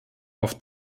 oft